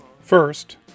First